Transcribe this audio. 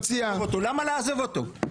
הממלכתיות --- למה לאכזב אותו?